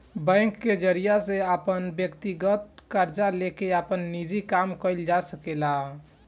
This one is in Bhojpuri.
बैंक के जरिया से अपन व्यकतीगत कर्जा लेके आपन निजी काम कइल जा सकेला